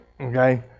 okay